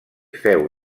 féu